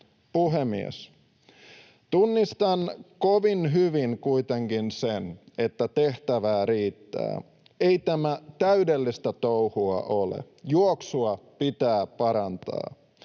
Puhemies! Tunnistan kovin hyvin kuitenkin sen, että tehtävää riittää. Ei tämä täydellistä touhua ole. Juoksua pitää parantaa.